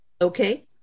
Okay